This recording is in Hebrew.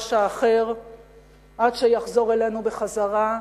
למגרש האחר עד שיחזור אלינו בחזרה,